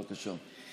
בבקשה.